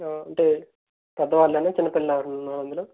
అంటే పెద్ద వాళ్ళేనా చిన్నపిల్లలెవరైన ఉన్నారా అందులో